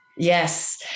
Yes